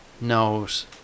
knows